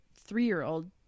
three-year-old